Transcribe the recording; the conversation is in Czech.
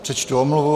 Přečtu omluvu.